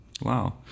Wow